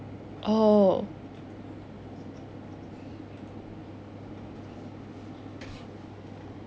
oh